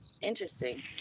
Interesting